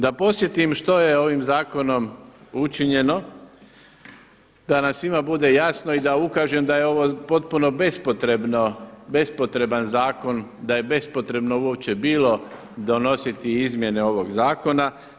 Da podsjetim što je ovim zakonom učinjeno, da nam svima bude jasno i da ukažem da je ovo potpuno bespotrebno, bespotreban zakon, da je bespotrebno uopće bilo donositi izmjene ovog zakona.